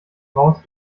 raus